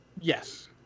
Yes